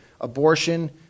abortion